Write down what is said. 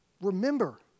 remember